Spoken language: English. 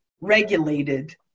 regulated